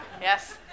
Yes